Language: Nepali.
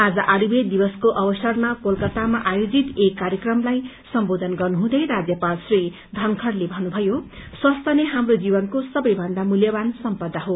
आज आयुविद विसको अवसरमा कोलकातामा आयोजित एक कार्यक्रमलाई सम्बोयन गर्नुहुँदै राजयपाल श्री यनखड़ले भन्नुभयो स्वास्थ्य नै हाप्रो जीवनको सबैभन्दा मूल्यवन सम्पदा हो